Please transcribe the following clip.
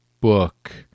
book